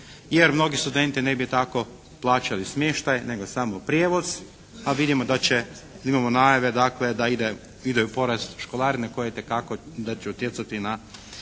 jer mnogi studenti ne bi tako plaćali smještaj nego sam prijevoz, a vidimo da će, imamo najave dakle da ide porez na školarine koje itekako da će utjecati na